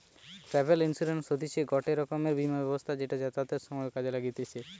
travel insurance হতিছে গটে রকমের বীমা ব্যবস্থা যেটা যাতায়াতের সময় কাজে লাগতিছে